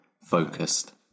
Focused